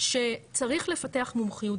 שצריך לפתח מומחיות,